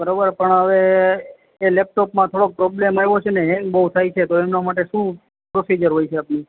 બરોબર પણ હવે એ લેપટોપમાં થોડોક પ્રોબ્લમ આવ્યો છે અને હેંગ બહુ થાય છે તો એમના માટે શું પ્રોસિજર હોય છે અભી